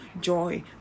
joy